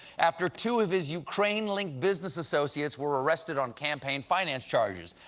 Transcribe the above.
after two of his ukraine-linked business associates were arrested on campaign finance charges.